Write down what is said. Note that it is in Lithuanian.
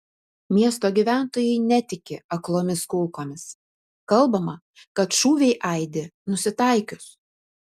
miesto gyventojai netiki aklomis kulkomis kalbama kad šūviai aidi nusitaikius